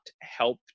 help